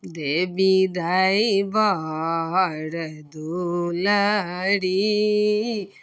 देबी दाइ बड़ दुलरी